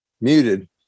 Muted